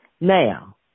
Now